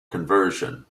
conversion